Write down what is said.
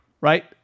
right